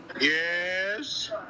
yes